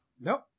Nope